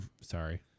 Sorry